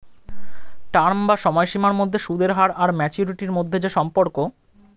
term বা সময়সীমার মধ্যে সুদের হার আর ম্যাচুরিটি মধ্যে যে সম্পর্ক